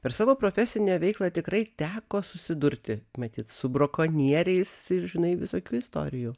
per savo profesinę veiklą tikrai teko susidurti matyt su brakonieriais ir žinai visokių istorijų